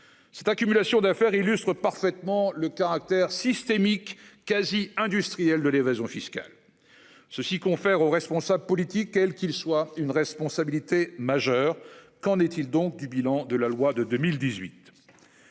Cette accumulation d'affaires illustrent parfaitement le caractère systémique quasi industrielle de l'évasion fiscale. Ceux-ci confère aux responsables politiques quels qu'ils soient une responsabilité majeure. Qu'en est-il donc du bilan de la loi de 2018.